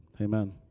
Amen